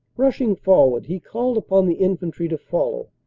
rushing forward he called upon the infantry to follow,